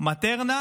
מטרנה